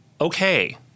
okay